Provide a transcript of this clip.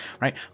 right